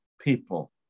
people